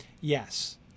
Yes